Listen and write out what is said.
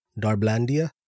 Darblandia